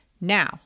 Now